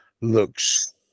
looks